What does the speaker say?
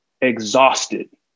exhausted